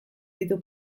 ditu